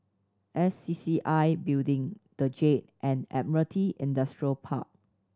S C C C I Building The Jade and Admiralty Industrial Park